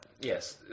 Yes